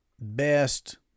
best